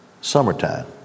summertime